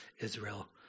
Israel